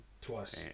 Twice